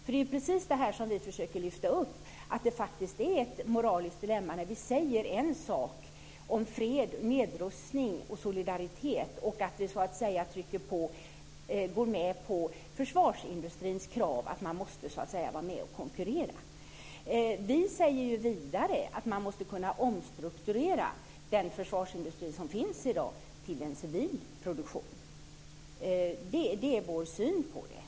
Vi försöker nämligen lyfta upp just att det faktiskt är ett moraliskt dilemma när vi säger en sak om fred, nedrustning och solidaritet och att vi sedan går med på försvarsindustrins krav på att man måste vara med och konkurrera. Vi säger vidare att man måste kunna omstrukturera den försvarsindustri som finns i dag till en civil produktion. Det är vår syn på detta.